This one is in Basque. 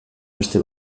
beste